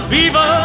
Viva